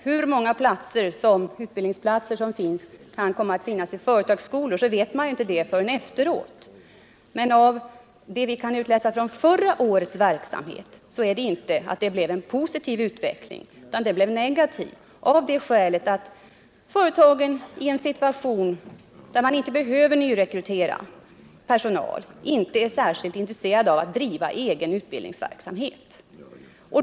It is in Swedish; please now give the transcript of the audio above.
Hur många platser som kan komma att finnas i företagsskolor vet man inte förrän efteråt, men av vad vi nu kan utläsa från förra årets verksamhet framgår att det inte innebar en ökning. en situation där företag inte behöver nyrekrytera personal är man inte särskilt intresserad av att driva utbildningsverksamhet.